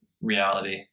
reality